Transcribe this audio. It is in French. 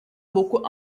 beaucoup